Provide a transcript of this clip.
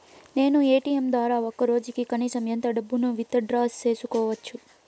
నేను ఎ.టి.ఎం ద్వారా ఒక రోజుకి కనీసం ఎంత డబ్బును విత్ డ్రా సేసుకోవచ్చు?